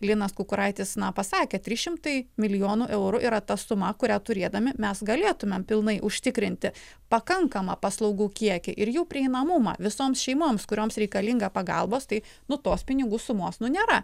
linas kukuraitis na pasakė trys šimtai milijonų eurų yra ta suma kurią turėdami mes galėtumėm pilnai užtikrinti pakankamą paslaugų kiekį ir jų prieinamumą visoms šeimoms kurioms reikalinga pagalbos tai nu tos pinigų sumos nu nėra